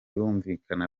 bumvikana